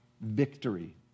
Victory